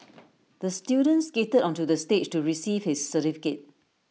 the student skated onto the stage to receive his certificate